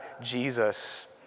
Jesus